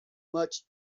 much